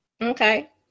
okay